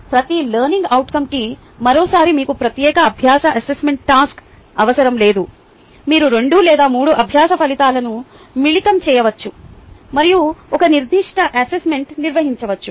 ప్రతి లెర్నింగ్ అవుట్కంకి మరోసారి మీకు ప్రత్యేక అభ్యాస అసెస్మెంట్ టాస్క్ అవసరం లేదు మీరు రెండు లేదా మూడు అభ్యాస ఫలితాలను మిళితం చేయవచ్చు మరియు ఒక నిర్దిష్ట అసెస్మెంట్ నిర్వహించవచ్చు